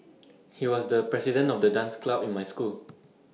he was the president of the dance club in my school